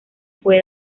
fue